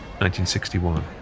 1961